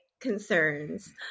concerns